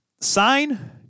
sign